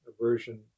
aversion